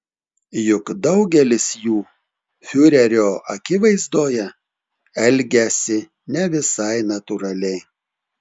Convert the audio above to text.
juk daugelis jų fiurerio akivaizdoje elgiasi ne visai natūraliai